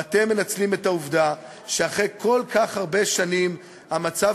ואתם מנצלים את העובדה שאחרי כל כך הרבה שנים המצב